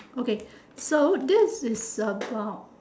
okay so this is a about